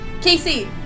casey